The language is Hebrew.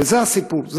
וזה הסיפור.